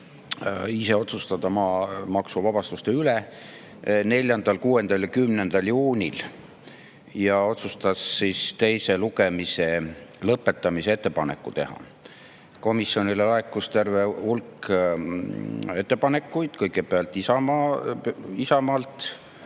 ise otsustada maamaksuvabastuste üle, 4., 6. ja 10. juunil ja otsustas siis teise lugemise lõpetamise ettepaneku teha. Komisjonile laekus terve hulk ettepanekuid. Kõigepealt Isamaalt